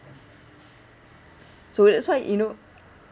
so that's why you know